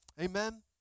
Amen